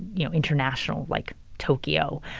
you know, international, like tokyo,